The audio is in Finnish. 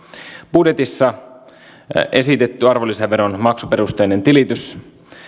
budjetissa esitetty arvonlisäveron maksuperusteinen tilitys